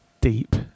deep